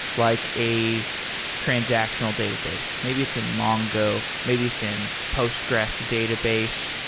like a transactional database. maybe it's in mongo. maybe it's in postgres database.